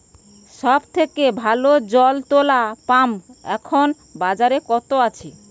সব থেকে ভালো জল তোলা পাম্প এখন বাজারে কত আছে?